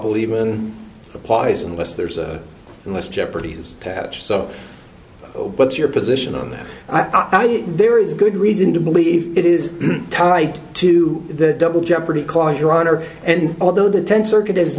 believin applies unless there's a unless jeopardy is attached so what's your position on that i mean there is good reason to believe it is tied to the double jeopardy clause your honor and although the tenth circuit is